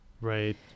Right